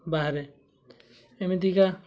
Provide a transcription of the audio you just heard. ବାହାରେ ଏମିତିକା